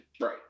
Right